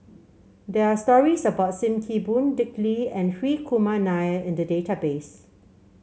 there are stories about Sim Kee Boon Dick Lee and Hri Kumar Nair in the database